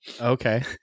Okay